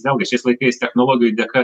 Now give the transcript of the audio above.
vėlgi šiais laikais technologijų dėka